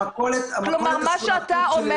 מה שאתה אומר